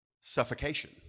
Suffocation